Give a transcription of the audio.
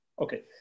okay